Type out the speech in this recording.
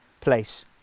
place